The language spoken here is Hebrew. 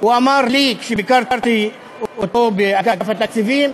הוא אמר לי כשביקרתי אותו באגף התקציבים: